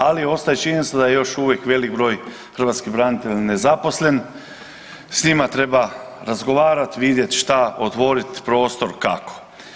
Ali ostaje činjenica da još uvijek velik broj hrvatskih branitelja nezaposlen, s njima treba razgovarat vidjet šta otvorit prostor kako.